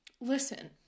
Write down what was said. listen